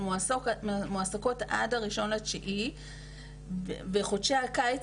הן מועסקות עד ה-1 לספטמבר ובחודשי הקיץ